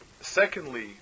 secondly